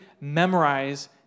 memorize